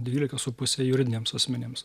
dvylika su puse juridiniams asmenims